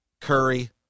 Curry